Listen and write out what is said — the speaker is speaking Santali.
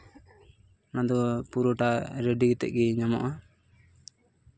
ᱚᱱᱟ ᱫᱚ ᱯᱩᱨᱟᱹᱴᱟ ᱨᱮᱰᱤ ᱠᱟᱛᱮᱫ ᱜᱮ ᱧᱟᱢᱚᱜᱼᱟ